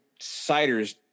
ciders